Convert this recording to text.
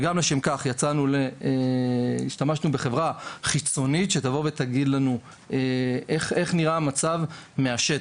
וגם לשם כך השתמשנו בחברה חיצונית שתבוא ותגיד לנו איך נראה המצב מהשטח.